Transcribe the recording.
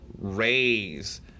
raise